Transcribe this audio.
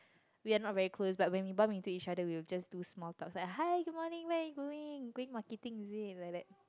we're not very close but when we bump into each other we will just do small talk like hi good morning where are you going going marketing is it like that